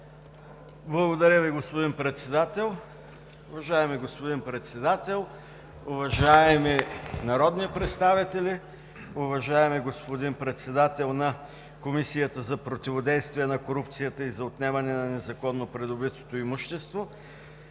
Благодаря Ви, господин Председател. Уважаеми господин Председател, уважаеми народни представители, уважаеми господин Председател на Комисията за противодействие на корупцията и за отнемане на незаконно придобитото имущество!